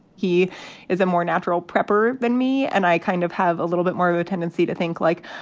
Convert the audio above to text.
he is a more natural prepper than me, and i kind of have a little bit more of a tendency to think like,